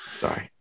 sorry